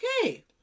Okay